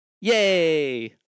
yay